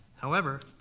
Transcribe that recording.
however,